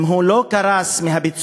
אם הוא לא קרס מהפיצוץ,